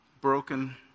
broken